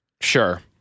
sure